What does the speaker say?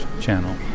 channel